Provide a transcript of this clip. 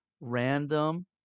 random